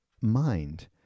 mind